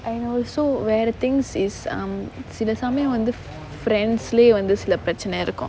and also வேற:vera things is um சில சமயம் வந்து:sila samayam vanthu friends லயே வந்து சில பிரச்சனை இருக்கும்:layae vanthu sila pirachanai irukkum